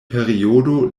periodo